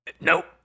Nope